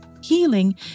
healing